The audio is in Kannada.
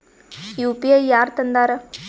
ಯು.ಪಿ.ಐ ಯಾರ್ ತಂದಾರ?